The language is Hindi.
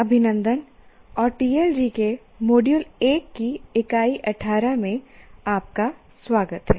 अभिनंदन और टीएएलजी के मॉड्यूल 1 की इकाई 18 में आपका स्वागत है